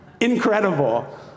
Incredible